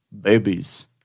Babies